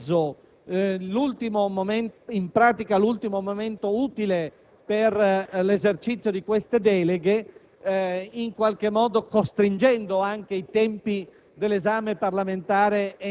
che il Governo ha atteso l'ultimo momento utile per l'esercizio di queste deleghe, in qualche modo costringendo anche i tempi